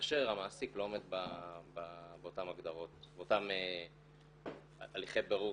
כאשר המעסיק לא עומד באותן הגדרות ואותם הליכי בירור